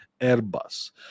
Airbus